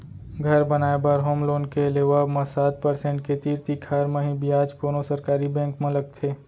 घर बनाए बर होम लोन के लेवब म सात परसेंट के तीर तिखार म ही बियाज कोनो सरकारी बेंक म लगथे